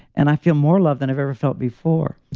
and i feel more loved than i've ever felt before.